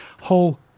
whole